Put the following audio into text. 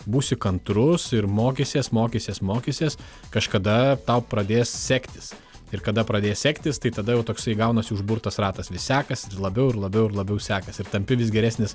būsi kantrus ir mokysies mokysies mokysies kažkada tau pradės sektis ir kada pradės sektis tai tada jau toksai gaunasi užburtas ratas vis sekas ir labiau ir labiau ir labiau sekasi ir tampi vis geresnis